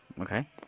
Okay